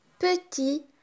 petit